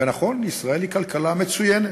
ונכון, ישראל היא כלכלה מצוינת: